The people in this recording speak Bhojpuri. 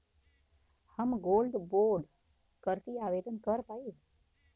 हम गोल्ड बोड करती आवेदन कर पाईब?